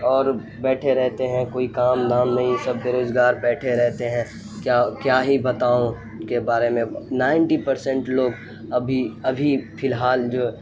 اور بیٹھے رہتے ہیں کوئی کام دھام نہیں سب بےروزگار بیٹھے رہتے ہیں کیا کیا ہی بتاؤں ان کے بارے میں نائنٹی پر سنٹ لوگ ابھی ابھی فی الحال جو